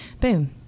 boom